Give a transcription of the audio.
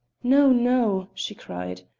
no, no! she cried.